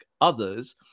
others